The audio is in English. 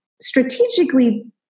strategically